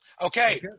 Okay